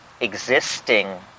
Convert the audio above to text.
existing